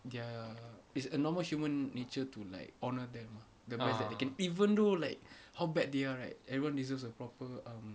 their it's a normal human nature to like honour them ah recognise that even though like how bad they are right everyone deserves a proper um